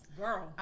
girl